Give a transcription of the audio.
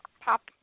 pop